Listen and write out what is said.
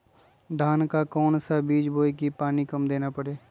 धान का कौन सा बीज बोय की पानी कम देना परे?